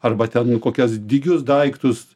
arba ten kokias dygius daiktus